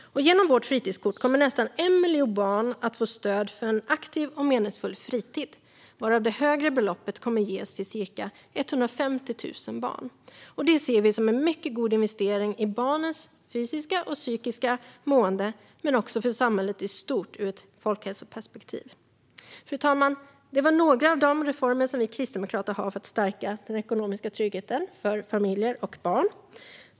Genom vårt fritidskort kommer nästan 1 miljon barn att få stöd för aktiv och meningsfull fritid, varav det högre beloppet kommer att ges till ca 150 000 barn. Detta ser vi som en mycket god investering i barnens fysiska och psykiska mående men också i samhället i stort, ur ett folkhälsoperspektiv. Fru talman! Detta var några av de reformer som vi kristdemokrater har för att stärka den ekonomiska tryggheten för familjer och barn.